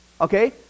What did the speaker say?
Okay